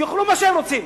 שיאכלו מה שהם רוצים,